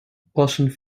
oppassen